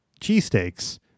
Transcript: cheesesteaks